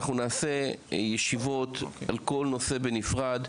אנחנו נעשה ישיבות על כל נושא בנפרד,